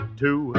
two